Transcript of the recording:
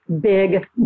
big